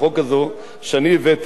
חבר הכנסת אמנון,